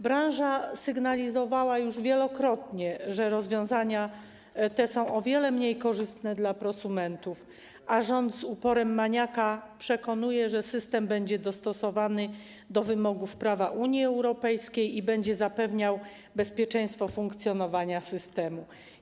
Branża sygnalizowała już wielokrotnie, że rozwiązania te są o wiele mniej korzystne dla prosumentów, a rząd z uporem maniaka przekonuje, że system będzie dostosowany do wymogów prawa Unii Europejskiej i będzie zapewniał bezpieczeństwo funkcjonowania systemu.